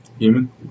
Human